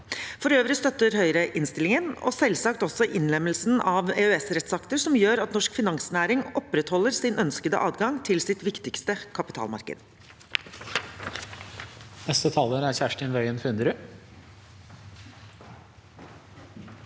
For øvrig støtter Høyre innstillingen og selvsagt også innlemmelsen av EØS-rettsakter som gjør at norsk finansnæring opprettholder sin ønskede adgang til sitt viktigste kapitalmarked.